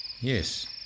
Yes